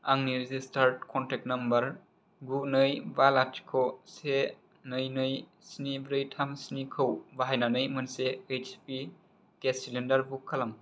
आंनि registered contact number गु नै बा लाथिख' से नै नै स्नि ब्रै थाम स्निखौ बाहायनानै मोनसे H P gas cylinder book खालाम